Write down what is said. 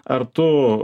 ar tu